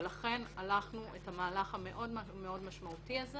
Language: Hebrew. ולכן הלכנו מהלך משמעותי כזה